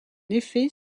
effet